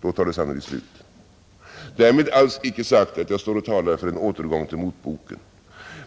Då blir det sannolikt slut med detta. Därmed är inte alls sagt att jag talar för en återgång till motboken.